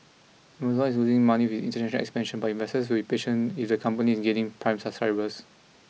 Amazon is losing money with international expansion but investors will be patient if the company is gaining prime subscribers